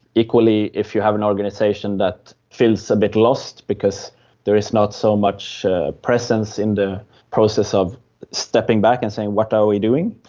equally if you have an organisation that feels a bit lost, because there is not so much presence in the process of stepping back and saying what are we doing,